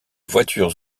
voitures